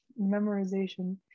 memorization